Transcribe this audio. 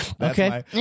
Okay